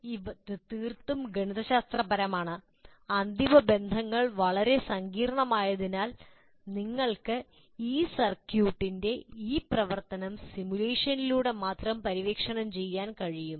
ഇത് തീർത്തും ഗണിതശാസ്ത്രപരമാണ് അന്തിമ ബന്ധങ്ങൾ വളരെ സങ്കീർണ്ണമായതിനാൽ നിങ്ങൾക്ക് ഈ സർക്യൂട്ടിന്റെ ഈ പ്രവർത്തനം സിമുലേഷനിലൂടെ മാത്രം പര്യവേക്ഷണം ചെയ്യാൻ കഴിയും